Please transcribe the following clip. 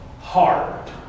hard